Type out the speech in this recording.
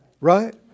right